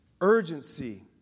Urgency